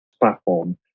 platform